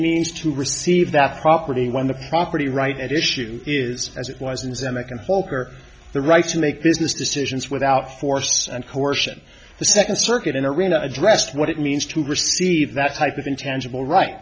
means to receive that property when the property right at issue is as it was an islamic and for her the right to make business decisions without force and coercion the second circuit in the arena addressed what it means to receive that type of intangible right